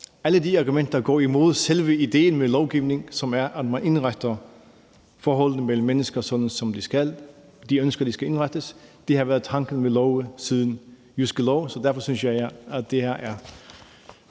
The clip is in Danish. Alle de argumenter går imod selve idéen med lovgivning, som er, at man indretter forholdene mellem mennesker, sådan som de ønsker de skal indrettes. Det har været tanken med love siden Jyske Lov. Derfor synes jeg, det her er